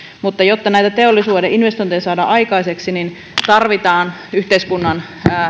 mutta jotta näitä teollisuuden investointeja saadaan aikaiseksi tarvitaan yhteiskunnan